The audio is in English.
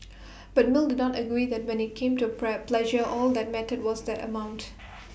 but mill did not agree that when IT came to pleasure all that mattered was the amount